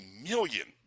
million